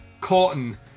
Cotton